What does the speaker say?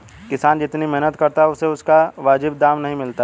किसान जितनी मेहनत करता है उसे उसका वाजिब दाम नहीं मिलता है